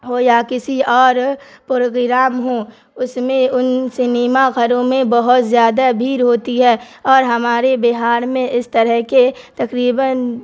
ہو یا کسی اور پروگرام ہوں اس میں ان سنیما گھروں میں بہت زیادہ بھیڑ ہوتی ہے اور ہمارے بہار میں اس طرح کے تقریباً